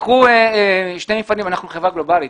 לקחו שני מפעלים אנחנו חברה גלובלית